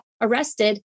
arrested